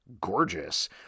gorgeous